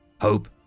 hope